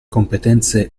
competenze